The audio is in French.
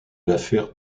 l’affaire